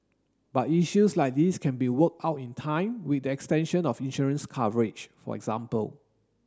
but issues like these can be worked out in time with the extension of insurance coverage for example